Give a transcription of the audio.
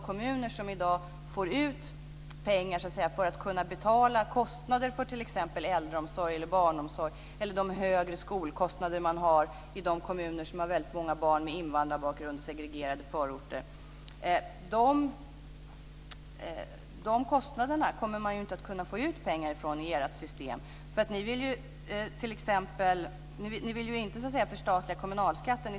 Kommuner får i dag ut pengar för att kunna täcka kostnader för t.ex. äldreomsorg eller barnomsorg eller de högre skolkostnader man har om man har väldigt många barn med invandrarbakgrund - segregerade förorter. De kostnaderna kommer man inte att kunna få ut pengar för i ert system. Ni vill inte förstatliga kommunalskatten.